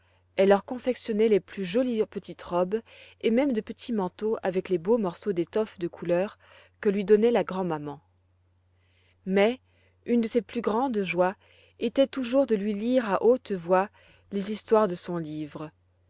elle leur confectionnait les plus jolies petites robes et même de petits manteaux avec les beaux morceaux d'étoffes de couleur que lui donnait la grand'maman mais une de ses grandes joies était toujours de lui lire à haute voix les histoires de son livre